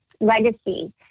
legacy